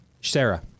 Sarah